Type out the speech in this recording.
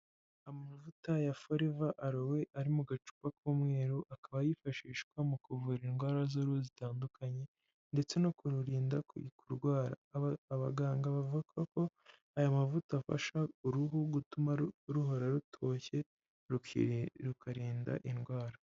Amavuta ya fariva arowe ari mu gacupa k'umweru akaba yifashishwa mu kuvura indwara zauru zitandukanye ndetse no kururinda kurwara abaganga bavuga ko aya mavuta afasha uruhu gutuma ruhora rutoshye rukarinda indwara.